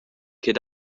ch’ei